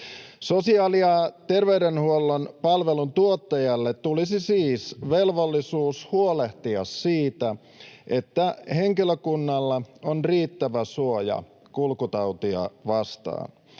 Sosiaali- ja terveydenhuollon palveluntuottajalle tulisi siis velvollisuus huolehtia siitä, että henkilökunnalla on riittävä suoja kulkutautia vastaan.